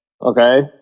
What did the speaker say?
Okay